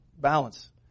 Balance